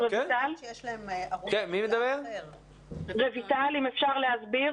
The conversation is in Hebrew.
כן, אהלן, רויטל, בבקשה,